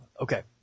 Okay